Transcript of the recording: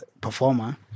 performer